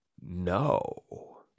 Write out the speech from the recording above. no